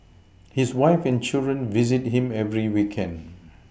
his wife and children visit him every weekend